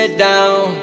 down